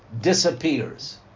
disappears